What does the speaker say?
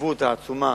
מהחשיבות העצומה